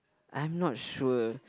I'm not sure